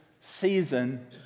season